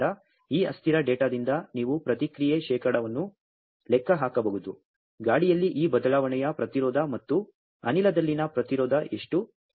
ಆದ್ದರಿಂದ ಈ ಅಸ್ಥಿರ ಡೇಟಾದಿಂದ ನೀವು ಪ್ರತಿಕ್ರಿಯೆ ಶೇಕಡಾವನ್ನು ಲೆಕ್ಕ ಹಾಕಬಹುದು ಗಾಳಿಯಲ್ಲಿ ಈ ಬದಲಾವಣೆಯ ಪ್ರತಿರೋಧ ಮತ್ತು ಅನಿಲದಲ್ಲಿನ ಪ್ರತಿರೋಧ ಎಷ್ಟು